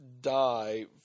die